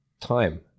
time